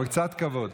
אבל קצת כבוד.